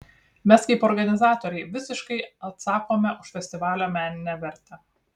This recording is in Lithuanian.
mes kaip organizatoriai visiškai atsakome už festivalio meninę vertę